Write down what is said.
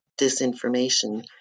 disinformation